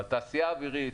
אבל התעשייה האווירית,